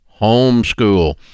homeschool